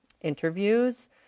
interviews